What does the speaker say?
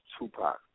Tupac